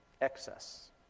Excess